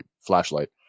Flashlight